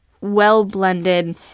well-blended